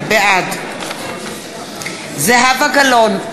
בעד זהבה גלאון,